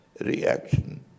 reaction